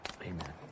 amen